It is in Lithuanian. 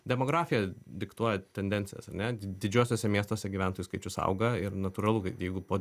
demografija diktuoja tendencijas ar ne didžiuosiuose miestuose gyventojų skaičius auga ir natūralu kad jeigu po